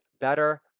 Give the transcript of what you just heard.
better